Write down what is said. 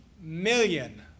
million